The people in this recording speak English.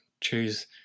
choose